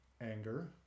anger